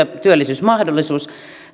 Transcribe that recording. työllisyysmahdollisuus